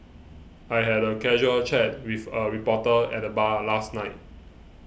I had a casual chat with a reporter at the bar last night